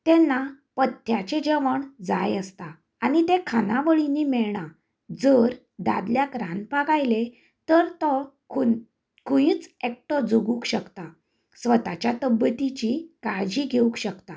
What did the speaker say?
तेन्ना पथ्याचें जेवण जाय आसता आनी तें खानावळीनी मेळना जर दादल्याक रांदपाक आयलें तर तो ख खंयच एकटो जगूंक शकता स्वताच्या तब्यतेची काळजी घेवंक शकता